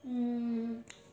mm